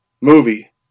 movie